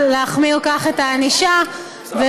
להחמיר כך את הענישה לגבי חייל צה"ל,